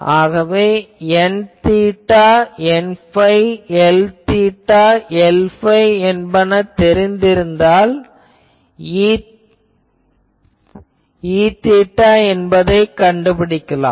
ஆகவே Nθ Nϕ Lθ Lϕ என்பது தெரிந்தால் Eθ என்பதைக் கண்டுபிடிக்கலாம்